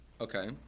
Okay